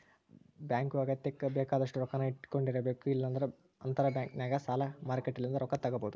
bank ಅಗತ್ಯಕ್ಕ ಬೇಕಾದಷ್ಟು ರೊಕ್ಕನ್ನ ಇಟ್ಟಕೊಂಡಿರಬೇಕು, ಇಲ್ಲಂದ್ರ ಅಂತರಬ್ಯಾಂಕ್ನಗ ಸಾಲ ಮಾರುಕಟ್ಟೆಲಿಂದ ರೊಕ್ಕ ತಗಬೊದು